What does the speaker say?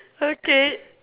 okay